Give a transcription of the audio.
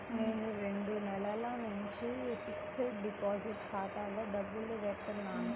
నేను రెండు నెలల నుంచి ఫిక్స్డ్ డిపాజిట్ ఖాతాలో డబ్బులు ఏత్తన్నాను